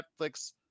Netflix